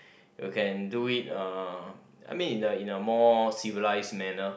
you can do it uh I mean in a in a more civilized manner